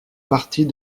partie